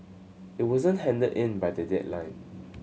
it wasn't handed in by the deadline